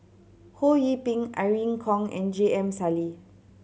Ho Yee Ping Irene Khong and J M Sali